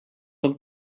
són